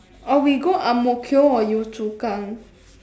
or we go ang-mo-kio or yio-chu-kang